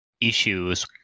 issues